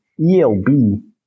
ELB